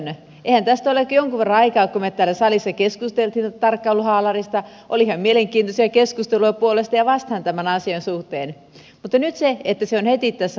eihän tästä ole kuin jonkun verran aikaa kun me täällä salissa keskustelimme tarkkailuhaalarista oli ihan mielenkiintoisia keskusteluja puolesta ja vastaan tämän asian suhteen mutta nyt se on heti tässä laissa matkassa